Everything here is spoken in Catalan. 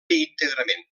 íntegrament